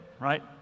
right